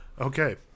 Okay